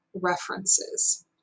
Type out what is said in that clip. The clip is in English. references